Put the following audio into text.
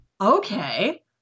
Okay